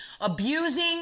abusing